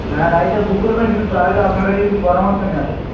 হ্যাঁ রাইডটা বুক করবেন কিন্তু তার আগে আপনার কাছে কিছু পরামর্শ নেওয়ার আছে